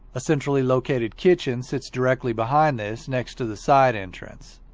a centrally located kitchen sits directly behind this next to the side entrance.